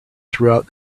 throughout